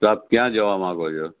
તો આપ ક્યાં જવા માગો છો